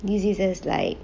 diseases like